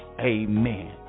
amen